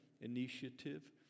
initiative